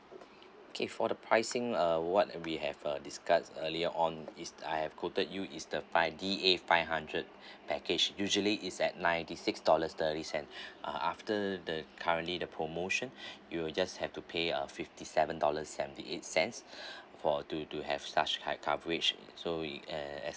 okay for the pricing err what we have uh discussed earlier on is I have quoted you is the five D A five hundred package usually is at ninety six dollars thirty cent uh after the currently the promotion you'll just have to pay uh fifty seven dollars seventy eight cents for to to have such high coverage so it eh